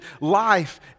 life